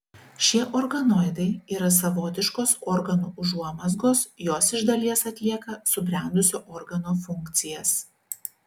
šie organoidai yra savotiškos organų užuomazgos jos iš dalies atlieka subrendusio organo funkcijas